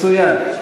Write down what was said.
מצוין.